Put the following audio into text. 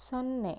ಸೊನ್ನೆ